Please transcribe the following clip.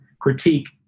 critique